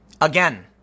again